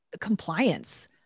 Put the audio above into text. compliance